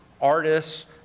artists